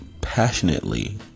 passionately